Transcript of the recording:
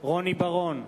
רוני בר-און,